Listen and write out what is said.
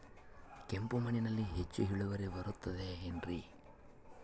ಕೆಂಪು ಮಣ್ಣಲ್ಲಿ ಹೆಚ್ಚು ಇಳುವರಿ ಬರುತ್ತದೆ ಏನ್ರಿ?